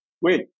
Wait